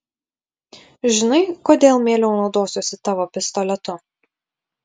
žinai kodėl mieliau naudosiuosi tavo pistoletu